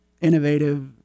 innovative